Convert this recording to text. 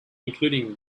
including